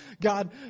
God